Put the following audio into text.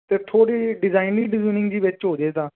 ਅਤੇ ਥੋੜ੍ਹੀ designing designing ਜੀ ਵਿੱਚ ਹੋ ਜਾਵੇ ਤਾਂ